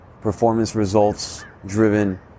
performance-results-driven